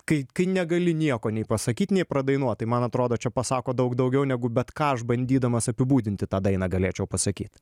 kai negali nieko nei pasakyt nei padainuot man atrodo čia pasako daug daugiau negu bet ką aš bandydamas apibūdinti tą dainą galėčiau pasakyt